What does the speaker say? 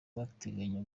bateganya